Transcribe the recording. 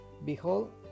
Behold